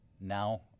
now